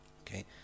Okay